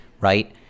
right